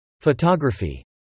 Photography